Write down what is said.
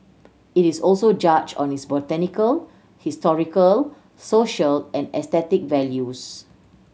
it is also judged on its botanical historical social and aesthetic values